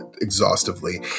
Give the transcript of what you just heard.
exhaustively